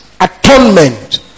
atonement